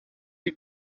you